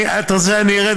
אתה רוצה שאני ארד,